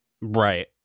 Right